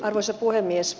arvoisa puhemies